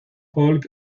folk